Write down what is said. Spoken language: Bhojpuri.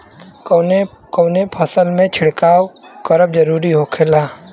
कवने कवने फसल में छिड़काव करब जरूरी होखेला?